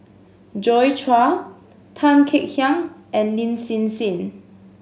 Joi Chua Tan Kek Hiang and Lin Hsin Hsin